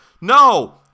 No